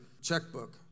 checkbook